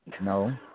no